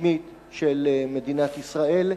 רשמית של מדינת ישראל.